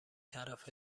طرف